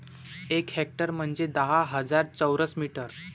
एक हेक्टर म्हंजे दहा हजार चौरस मीटर